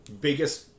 biggest